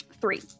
three